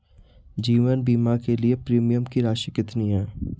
जीवन बीमा के लिए प्रीमियम की राशि कितनी है?